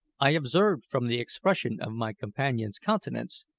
i observed, from the expression of my companion's countenance,